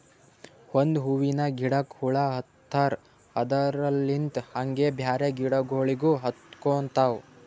ಒಂದ್ ಹೂವಿನ ಗಿಡಕ್ ಹುಳ ಹತ್ತರ್ ಅದರಲ್ಲಿಂತ್ ಹಂಗೆ ಬ್ಯಾರೆ ಗಿಡಗೋಳಿಗ್ನು ಹತ್ಕೊತಾವ್